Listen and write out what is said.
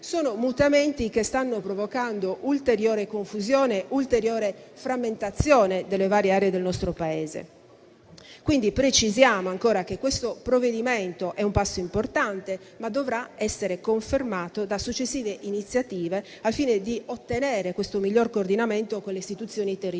Sono mutamenti che stanno provocando ulteriore confusione, ulteriore frammentazione delle varie aree del nostro Paese. Precisiamo ancora che questo provvedimento è un passo importante, ma dovrà essere confermato da successive iniziative, al fine di ottenere un miglior coordinamento con le istituzioni territoriali.